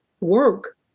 work